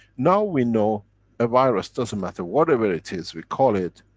now we know a virus, doesn't matter whatever it is we call it,